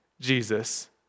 Jesus